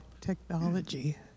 Technology